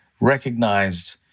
recognized